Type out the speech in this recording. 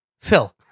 Phil